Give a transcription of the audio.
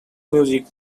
music